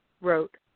wrote